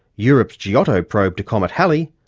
europe's giotto probe to comet halley,